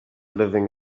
living